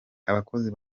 abakozi